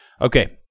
Okay